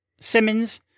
Simmons